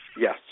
Yes